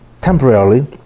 Temporarily